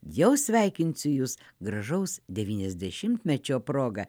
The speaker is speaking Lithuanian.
jau sveikinsiu jus gražaus devyniasdešimtmečio proga